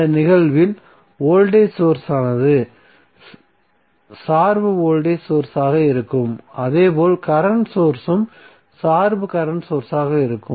இந்த நிகழ்வில் voltage source ஆனது சார்பு வோல்டேஜ் சோர்ஸ் ஆக இருக்கும் அதேபோல் கரண்ட் சோர்ஸ் உம் சார்பு கரண்ட் சோர்ஸ் ஆக இருக்கும்